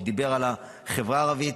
דיבר על החברה הערבית.